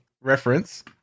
reference